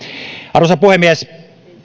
arvoisa puhemies